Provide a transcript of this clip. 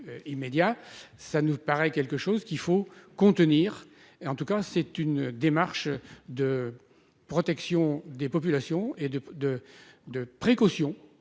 ça nous paraît quelque chose qu'il faut contenir et en tout cas c'est une démarche de protection des populations et de, de, de précaution